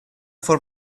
for